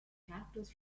characters